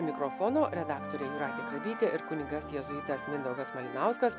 mikrofono redaktorė jūratė grabytė ir kunigas jėzuitas mindaugas malinauskas